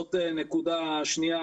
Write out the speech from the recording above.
שזאת נקודה שנייה